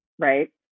right